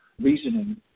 reasoning